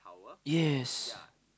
yes